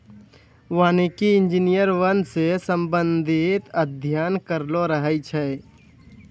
वानिकी इंजीनियर वन से संबंधित अध्ययन करलो रहै छै